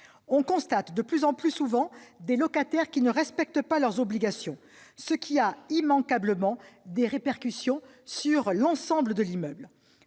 On observe de plus en plus souvent des locataires qui ne respectent pas leurs obligations, ce qui a immanquablement des répercussions sur l'ensemble de l'immeuble.